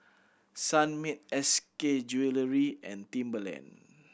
Sunmaid S K wellery and Timberland